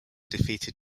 defeated